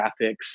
graphics